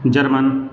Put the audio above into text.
German